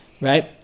Right